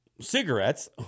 Cigarettes